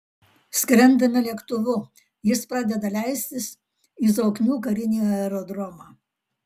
skrendame lėktuvu jis pradeda leistis į zoknių karinį aerodromą